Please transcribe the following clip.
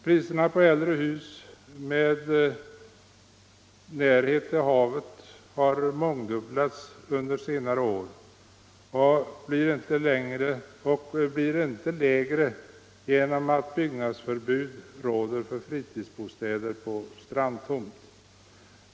Priserna på äldre hus med närhet till havet har mångdubblats under senare år och blir inte lägre genom att byggnadsförbud råder för fritidsbostäder på strandtomt.